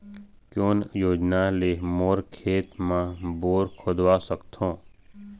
कोन योजना ले मोर खेत मा बोर खुदवा सकथों?